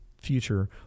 future